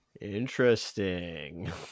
Interesting